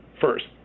First